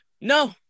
No